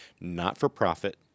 not-for-profit